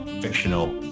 fictional